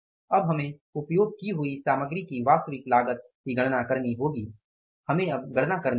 अब हमें उपयोग की हुई सामग्री की वास्तविक लागत की गणना करनी होगी हमें अब गणना करनी होगी